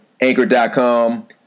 anchor.com